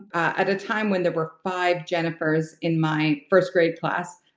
at a time when there were five jennifers in my first grade class,